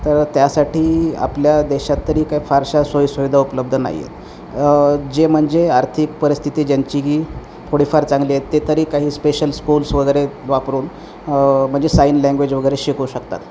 तर त्यासाठी आपल्या देशात तरी काही फारशा सोयीसुविधा उपलब्ध नाही आहेत जे म्हणजे आर्थिक परिस्थिती ज्यांची की थोडीफार चांगली आहे ते तरी काही स्पेशल स्कूल्स वगैरे वापरून म्हणजे साइन लँग्वेज वगैरे शिकू शकतात